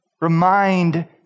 Remind